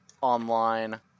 online